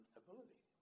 ability